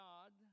God